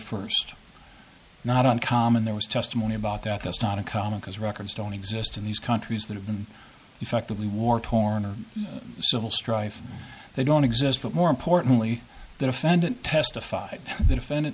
first not uncommon there was testimony about that that's not a comma because records don't exist in these countries that have been effectively war torn or civil strife they don't exist but more importantly the defendant testified that offended